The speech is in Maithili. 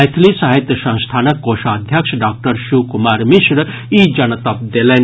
मैथिली साहित्य संस्थानक कोषाध्यक्ष डॉक्टर शिव कुमार मिश्र ई जनतब देलनि